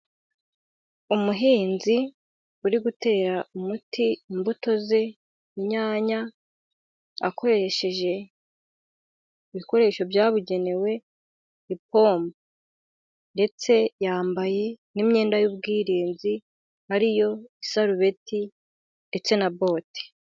Umuhinzi uri gutera umuti imbuto ze, inyanya, akoresheje ibikoresho byabugenewe ipombo, ndetse yambaye n'imyenda y'ubwirinzi, ariyo i sarubeti ndetse na bote.